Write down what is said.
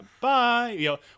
Bye